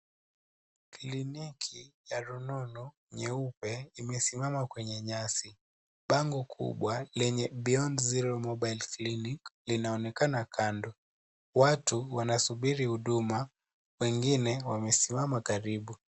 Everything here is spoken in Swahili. Kliniki, ya rununu, nyeupe, imesimama kwenye nyasi. Bango kubwa lenye Beyond Zero Mobile Clinic, linaonekana kando. Watu, wanasubiri huduma, wengine wamesimama karibu.